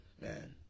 man